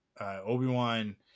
Obi-Wan